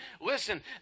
listen